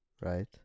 right